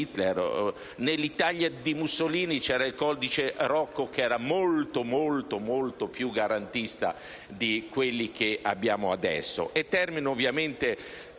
Nell'Italia di Mussolini era in vigore il codice Rocco, molto ma molto più garantista di quelli che abbiamo adesso.